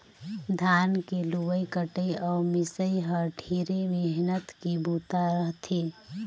धान के लुवई कटई अउ मिंसई ह ढेरे मेहनत के बूता रह थे